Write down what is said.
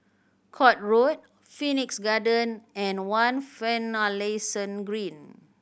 Court Road Phoenix Garden and One Finlayson Green